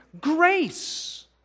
grace